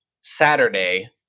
Saturday